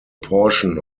portion